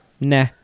Nah